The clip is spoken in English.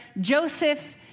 Joseph